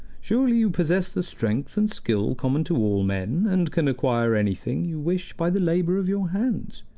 surely you possess the strength and skill common to all men, and can acquire anything you wish by the labor of your hands.